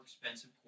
expensive